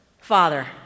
Father